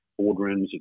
boardrooms